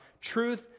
Truth